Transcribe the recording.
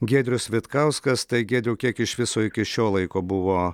giedrius vitkauskas tai giedriau kiek iš viso iki šio laiko buvo